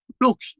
look